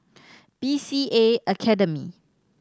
B C A Academy